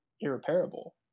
irreparable